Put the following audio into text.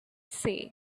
see